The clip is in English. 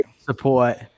support